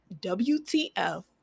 WTF